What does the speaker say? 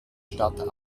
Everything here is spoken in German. stadt